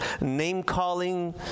Name-calling